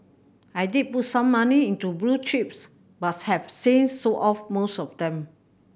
I did put some money into blue chips buts have since sold off most of them